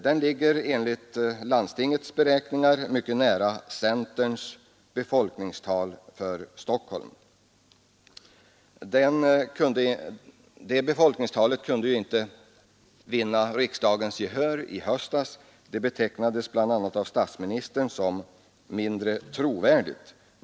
Den ligger enligt landstingets beräkningar mycket nära centerns befolkningstal för Stockholm. Det befolkningstalet kunde inte vinna riksdagens gehör i höstas — det betecknades t.o.m. av statsministern som mindre trovärdigt.